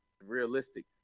realistic